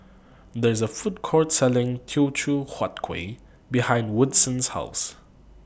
There IS A Food Court Selling Teochew Huat Kueh behind Woodson's House